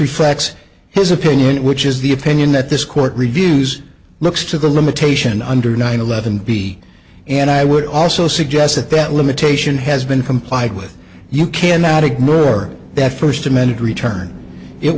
reflects his opinion which is the opinion that this court reviews looks to the limitation under nine eleven b and i would also suggest that that limitation has been complied with you cannot ignore her that first amended return it